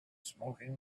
smoking